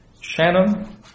Shannon